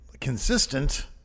consistent